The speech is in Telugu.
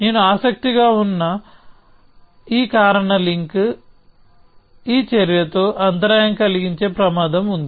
నేను ఆసక్తి గా ఉన్న ఈ కారణ లింక్ ఈ చర్య తో అంతరాయం కలిగించే ప్రమాదం ఉంది